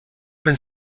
been